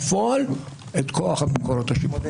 בפועל את כוח הביקורת השיפוטית.